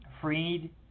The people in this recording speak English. Freed